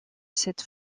cette